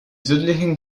südlichen